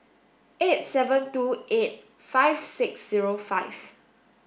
eight seven two eight five six zero five